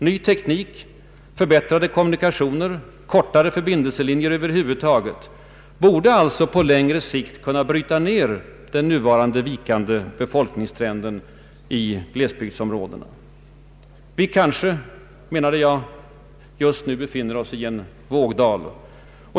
Ny teknik, förbättrade kommunikationer, kortare förbindelselinjer över huvud taget borde alltså på längre sikt kunna bryta den nuvarande vikande befolkningsmängden i glesbygdsområdena. Vi kanske — menade jag — just nu befinner oss i en vågdal.